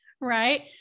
right